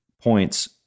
points